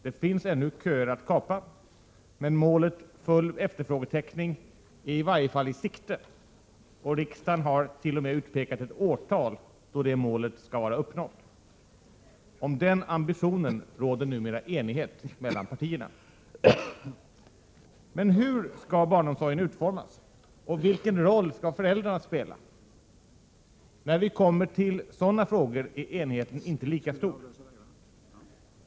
Det finns ännu köer att kapa, men målet full efterfrågetäckning är i varje fall i sikte, och riksdagen har t.o.m. utpekat ett årtal då det målet skall vara uppnått. Om den ambitionen råder numera enighet mellan partierna. Men hur skall barnomsorgen utformas, och vilken roll skall föräldrarna spela? När vi kommer till sådana frågor är enigheten inte lika stor.